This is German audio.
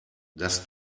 das